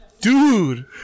Dude